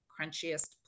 crunchiest